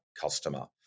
customer